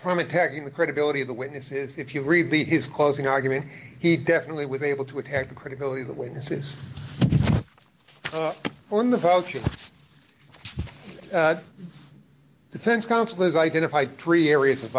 from attacking the credibility of the witnesses if you read the his closing argument he definitely with able to attack the credibility of the witnesses when the function of defense counsel is identified three areas of